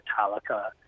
Metallica